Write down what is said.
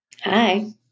Hi